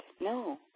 no